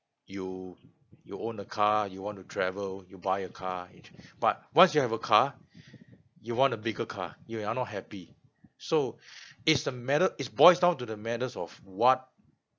you you own a car you want to travel you buy a car but once you have a car you want a bigger car you are not happy so it's the matter is boils down to the matters of what